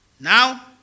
now